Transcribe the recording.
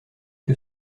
que